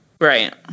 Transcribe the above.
Right